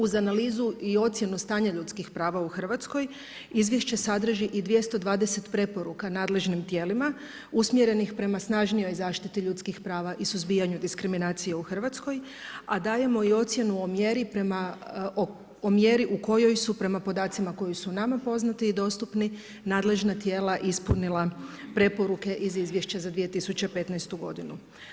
Uz analizu i ocjenu stanja ljudskih prava u Hrvatskoj izvješće sadrži i 220 preporuka nadležnim tijelima usmjerenih prema snažnijoj zaštiti ljudskih prava i suzbijanju diskriminacije u Hrvatskoj a dajemo i ocjenu o mjeri u kojoj su prema podacima koji su nama poznati i dostupni nadležna tijela ispunila preporuke iz izvješća za 2015. godinu.